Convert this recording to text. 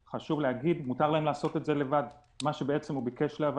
חשוב להגיד, מותר להם לעשות את זה לבד.